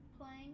playing